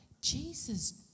Jesus